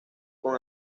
con